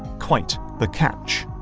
quite the catch!